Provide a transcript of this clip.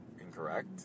incorrect